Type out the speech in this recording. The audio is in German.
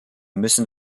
müssen